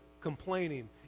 complaining